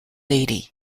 lady